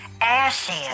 acid